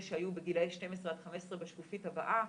שהיו בגילאי 12 עד 15 בשקופית הבאה,